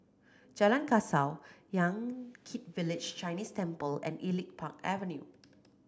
Jalan Kasau Yan Kit Village Chinese Temple and Elite Park Avenue